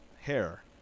hair